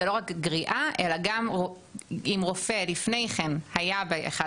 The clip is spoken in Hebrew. זה לא רק גריעה אלא גם אם רופא לפני כן היה באחד